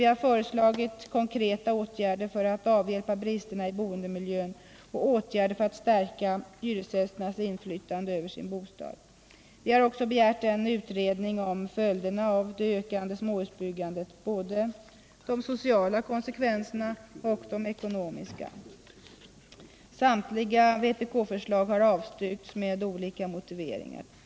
Vi har föreslagit konkreta åtgärder för att avhjälpa bristerna i boendemiljön och åtgärder för att stärka hyresgästernas inflytande över sin bostad. Vi har också begärt en utredning om följderna av det ökande småhusbyggandet, både de sociala och de ekonomiska konsekvenserna. Samtliga vpk-förslag har avstyrkts med olika motiveringar.